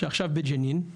שעכשיו בג'נין,